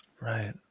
Right